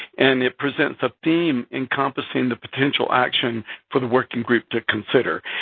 and it presents a theme encompassing the potential action for the working group to consider.